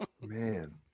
Man